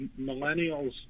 millennials